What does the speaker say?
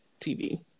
TV